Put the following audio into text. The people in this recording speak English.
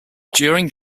during